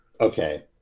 Okay